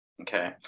Okay